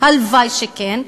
הלוואי שכן,